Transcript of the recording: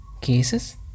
cases